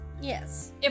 Yes